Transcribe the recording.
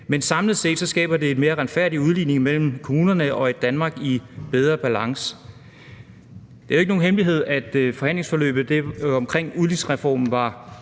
Men samlet set skaber det en mere retfærdig udligning mellem kommunerne og skaber et Danmark i bedre balance. Det er jo ikke nogen hemmelighed, at forhandlingsforløbet omkring udligningsreformen var